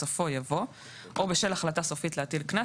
בסופו יבוא "או בשל החלטה סופית להטיל קנס